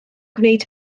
gwneud